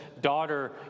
daughter